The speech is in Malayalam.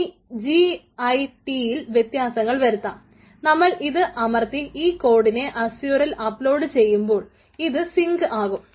ഇനി ജി ഐ ടി ആകും